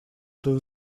эту